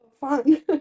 fun